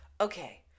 Okay